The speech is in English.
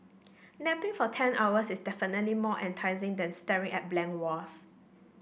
napping for ten hours is definitely more enticing than staring at blank walls